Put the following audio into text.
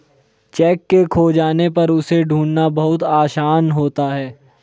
cheque के खो जाने पर उसे ढूंढ़ना बहुत आसान होता है